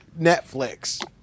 Netflix